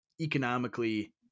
economically